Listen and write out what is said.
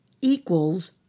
equals